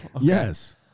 yes